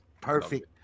perfect